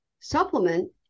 supplement